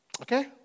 Okay